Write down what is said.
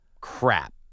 crap